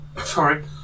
sorry